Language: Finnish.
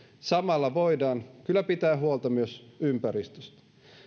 samalla voidaan kyllä pitää huolta myös ympäristöstä